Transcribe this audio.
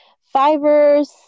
fibers